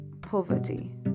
poverty